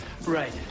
right